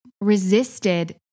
resisted